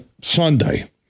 Sunday